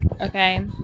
okay